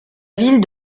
ville